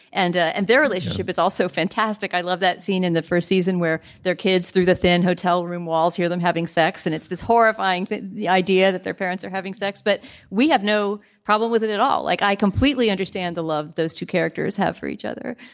and ah and their relationship is also fantastic. i love that scene in the first season where their kids through the thin hotel room walls hear them having sex and it's this horrifying the idea that their parents are having sex but we have no problem with it at all. like i completely understand the love those two characters have for each other.